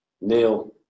Neil